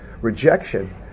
Rejection